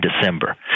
December